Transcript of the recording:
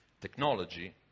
Technology